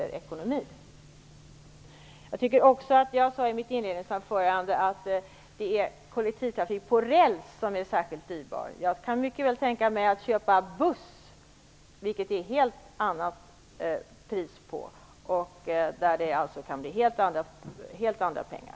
Det andra jag vill ta upp är att jag i mitt inledningsanförande sade att kollektivtrafik på räls är särskilt dyrbar. Jag kan mycket väl tänka mig att köpa busstrafik. Där är det helt andra priser. Det kan alltså bli fråga om helt andra pengar.